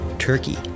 Turkey